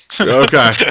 Okay